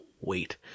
wait